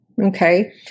Okay